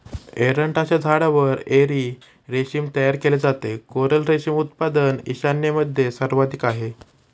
एरंडाच्या झाडावर एरी रेशीम तयार केले जाते, कोरल रेशीम उत्पादन ईशान्येमध्ये सर्वाधिक आहे